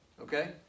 Okay